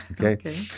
Okay